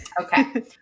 Okay